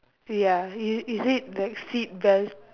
ya is it like seatbelt